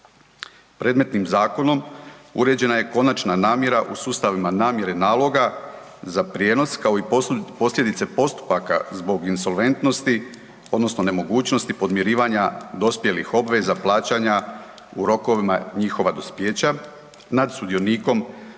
Predmetnim zakonom uređena je konačna namjera u sustavima namjere naloga za prijenos, kao i posljedice postupaka zbog insolventnosti odnosno nemogućnosti podmirivanja dospjelih obveza plaćanja u rokovima njihova dospijeća nad sudionikom